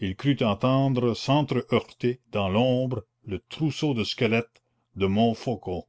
il crut entendre sentre heurter dans l'ombre le trousseau de squelettes de montfaucon